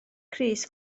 crys